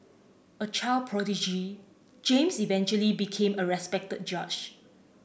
a child prodigy James eventually became a respected judge